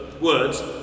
words